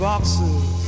Boxes